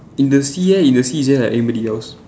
in the sea leh in the sea is there like anybody else